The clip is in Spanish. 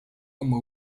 como